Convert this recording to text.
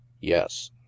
Yes